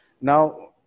Now